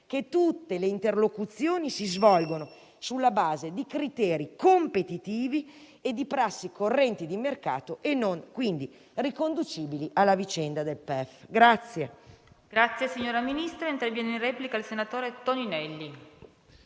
che tutte le interlocuzioni si svolgono sulla base di criteri competitivi e di prassi correnti di mercato e, quindi, non riconducibili alla vicenda del PEF.